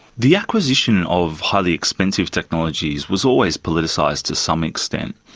the acquisition of highly expensive technologies was always politicised to some extent.